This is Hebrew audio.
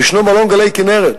מלון "גלי כינרת",